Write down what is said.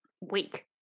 week